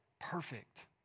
perfect